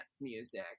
music